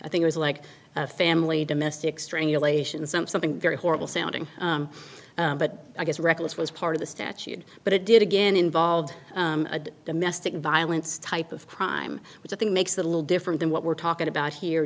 i think is like a family domestic strangulation something very horrible sounding but i guess reckless was part of the statute but it did again involved a domestic violence type of crime which i think makes it a little different than what we're talking about here